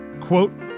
quote